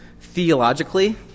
theologically